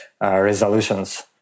resolutions